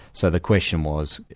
so the question was,